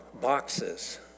boxes